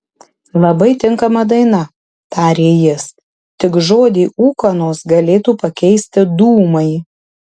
labai tinkama daina tarė jis tik žodį ūkanos galėtų pakeisti dūmai